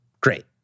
great